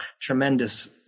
tremendous